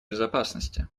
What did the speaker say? безопасности